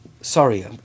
Sorry